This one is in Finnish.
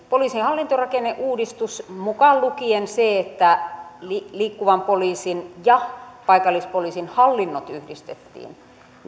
poliisin hallintorakenneuudistus mukaan lukien se että liikkuvan poliisin ja paikallispoliisin hallinnot yhdistettiin